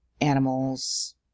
animals